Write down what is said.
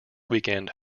weekend